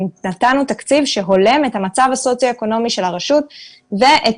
נתנו תקציב שהולם את המצב הסוציו אקונומי של הרשות ואת